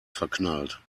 verknallt